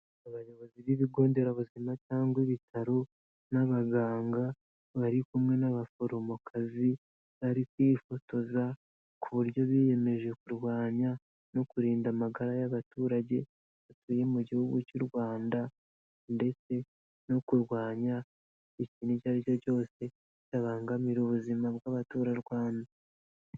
Abayobozi b'ibigo nderabuzima cyangwa ibitaro n'abaganga bari kumwe n'abaforomokazi, bari kwifotoza, ku buryo biyemeje kurwanya no kurinda amagara y'abaturage, batuye mu gihugu cy'u Rwanda ndetse no kurwanya, ikintu icyo ari cyo cyose cyabangamira ubuzima bw'abaturarwanda.